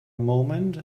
moment